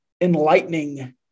enlightening